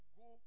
go